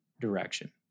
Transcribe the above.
direction